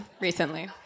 recently